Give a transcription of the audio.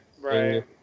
Right